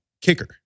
kicker